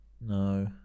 no